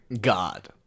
god